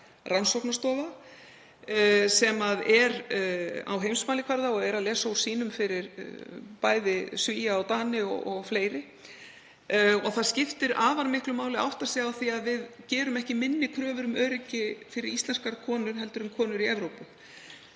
rannsóknastofa sem er á heimsmælikvarða og les úr sýnum fyrir bæði Svía og Dani og fleiri. Það skiptir afar miklu máli að átta sig á því að við gerum ekki minni kröfur um öryggi fyrir íslenskar konur en konur í Evrópu.